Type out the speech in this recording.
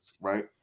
right